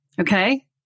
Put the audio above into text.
Okay